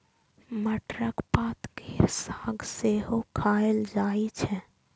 मटरक पात केर साग सेहो खाएल जाइ छै